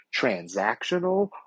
transactional